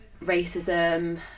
racism